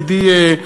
ידידי,